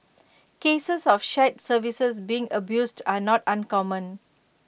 cases of shared services being abused are not uncommon